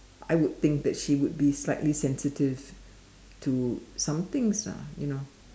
I would think that she would be slightly sensitive to some things lah you know